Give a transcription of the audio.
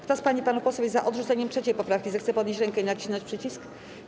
Kto z pań i panów posłów jest za odrzuceniem 3. poprawki, zechce podnieść rękę i nacisnąć przycisk.